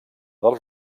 del